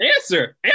answer